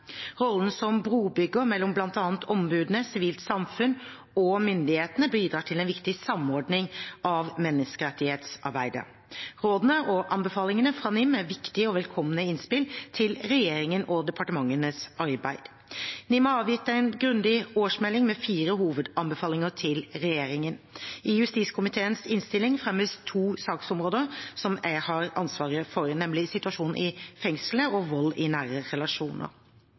Rollen som brobygger mellom bl.a. ombudene, sivilt samfunn og myndighetene bidrar til en viktig samordning av menneskerettighetsarbeidet. Rådene og anbefalingene fra NIM er viktige og velkomne innspill til regjeringen og departementenes arbeid. NIM har avgitt en grundig årsmelding, med fire hovedanbefalinger til regjeringen. I justiskomiteens innstilling fremmes to saksområder som jeg har ansvaret for, nemlig situasjonen i fengslene og vold i nære relasjoner.